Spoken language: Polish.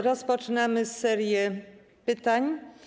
Rozpoczynamy serię pytań.